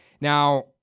Now